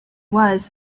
was